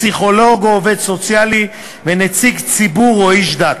פסיכולוג או עובד סוציאלי ונציג ציבור או איש דת.